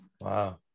Wow